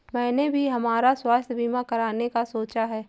मैंने भी हमारा स्वास्थ्य बीमा कराने का सोचा है